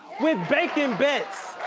with bacon bits!